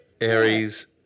Aries